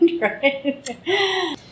right